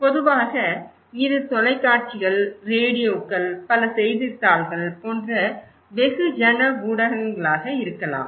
பொதுவாக இது தொலைக்காட்சிகள் ரேடியோக்கள் பல செய்தித்தாள்கள் போன்ற வெகுஜன ஊடகங்களாக இருக்கலாம்